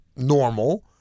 Normal